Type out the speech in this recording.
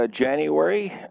January